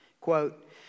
quote